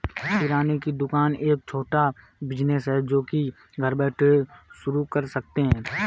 किराने की दुकान एक छोटा बिज़नेस है जो की घर बैठे शुरू कर सकते है